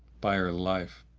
by her life,